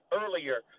earlier